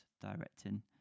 directing